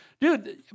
dude